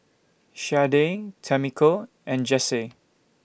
Sharday Tamiko and Jessye